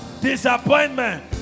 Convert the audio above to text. disappointment